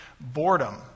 boredom